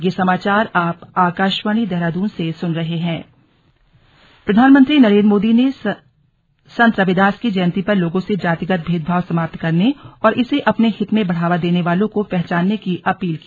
slug Ravidas Jayanti प्रधानमंत्री नरेन्द्र मोदी ने संत रविदास की जयन्ती पर लोगों से जातिगत भेदभाव समाप्त करने और इसे अपने हित में बढ़ावा देने वालों को पहचाने की अपील की